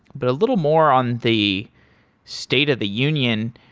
but a little more on the state of the union.